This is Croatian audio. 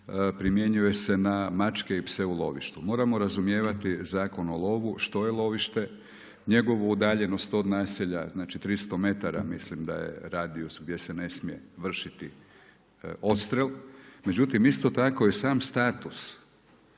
primjenjuje se na mačke i pse u lovištu. Moramo razumijevati Zakon o lovu što je lovište, njegovu udaljenost od naselja, znači 300 m mislim da je radijus gdje se ne smije vršiti odstrel. Međutim, isto tako i sam status